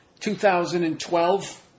2012